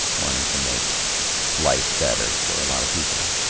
wanting to make life better for a lot of people.